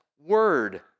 word